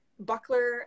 buckler